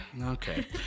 Okay